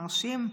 מרשים,